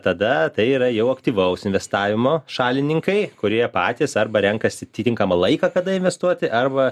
tada tai yra jau aktyvaus investavimo šalininkai kurie patys arba renkasi atitinkamą laiką kada investuoti arba